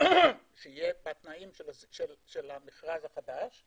נכון - שהמדינה חזרה